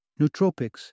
Nootropics